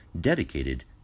dedicated